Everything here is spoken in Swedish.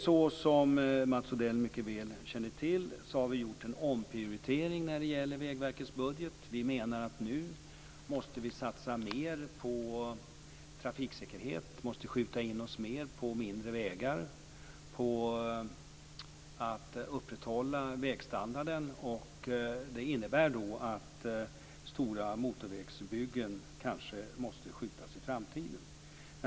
Som Mats Odell mycket väl känner till har vi gjort en omprioritering av Vägverkets budget. Vi anser att det nu måste satsas mer på trafiksäkerhet. Vi måste inrikta oss mer på mindre vägar och på att upprätthålla vägstandarden. Det innebär att stora motorvägsbyggen kanske måste skjutas på framtiden.